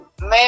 man